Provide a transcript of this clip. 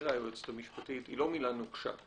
שהסבירה היועצת המשפטית, היא לא מילה נוקשה.